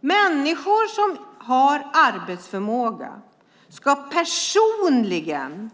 Människor som har arbetsförmåga ska personligen